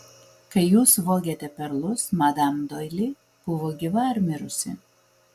kai jūs vogėte perlus madam doili buvo gyva ar mirusi